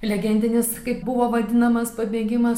legendinis kaip buvo vadinamas pabėgimas